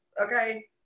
Okay